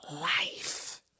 life